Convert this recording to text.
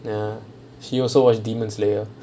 ya she also watch demons slayer